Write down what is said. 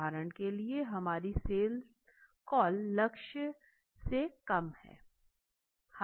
उदहारण के लिए हमारी सेल्स कॉल लक्ष्य से कम हैं